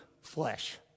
flesh